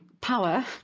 power